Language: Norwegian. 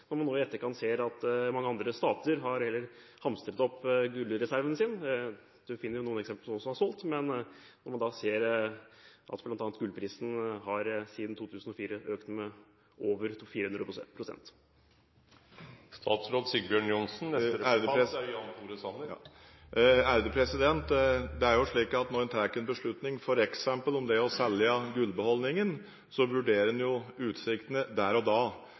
når man i etterkant ser at mange andre stater har hamstret gullreservene sine. Man finner noen eksempler på at noen har solgt, men man ser bl.a. at gullprisen siden 2004 har økt med over 400 pst. Når en tar en beslutning f.eks. om det å selge gullbeholdningen, vurderer en utsiktene der og da.